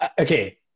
Okay